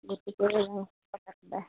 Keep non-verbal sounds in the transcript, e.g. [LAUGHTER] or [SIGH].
গতিকে [UNINTELLIGIBLE]